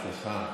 מראענה, סליחה.